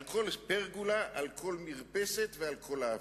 על כל פרגולה, על כל מרפסת ועל כל העברה,